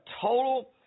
total